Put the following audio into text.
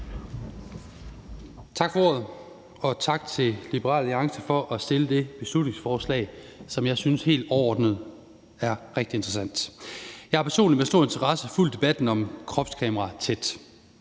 Tak for ordet, og tak til Liberal Alliance for at fremsætte det beslutningsforslag, som jeg helt overordnet synes er rigtig interessant. Jeg har personligt med stor interesse fulgt debatten om kropskameraer tæt.